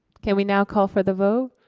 can we now call for the vote?